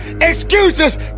Excuses